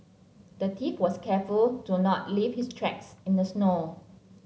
the thief was careful to not leave his tracks in the snow